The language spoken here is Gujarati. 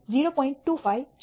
25 છે